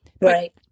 Right